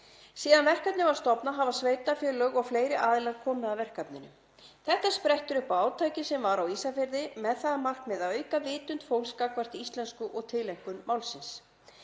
Síðan verkefnið var stofnað hafa sveitarfélög og fleiri aðilar komið að því. Þetta sprettur upp af átaki sem var á Ísafirði með það að markmiði að auka vitund fólks gagnvart íslensku og tileinkun málsins.